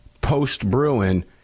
post-Bruin